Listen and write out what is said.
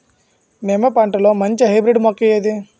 నిమ్మ పంటలో మంచి హైబ్రిడ్ మొక్క ఏది?